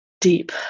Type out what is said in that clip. deep